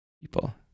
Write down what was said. people